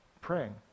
praying